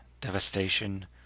devastation